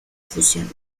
fusión